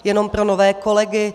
Jenom pro nové kolegy.